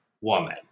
woman